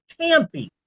campy